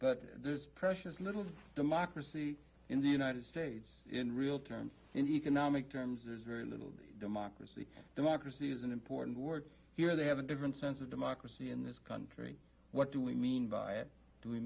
but there's precious little democracy in the united states in real terms in economic terms there's very little democracy democracy is an important word here they have a different sense of democracy in this country what do we mean by it do we